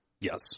Yes